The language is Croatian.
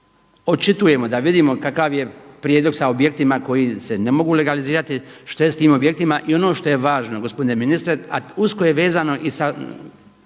očitujemo, da vidimo kakav je prijedlog sa objektima koji se ne mogu legalizirati, što je s tim objektima. I ono što je važno gospodine ministre, a usko je vezano i sa